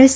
S